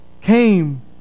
came